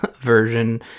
version